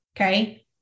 Okay